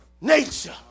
nature